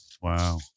Wow